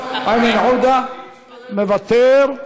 איננו, איימן עודה, מוותר,